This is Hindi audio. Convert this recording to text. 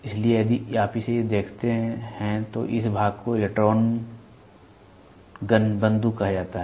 इसलिए यदि आप इसे देखते हैं तो इस भाग को इलेक्ट्रॉन बंदूक कहा जाता है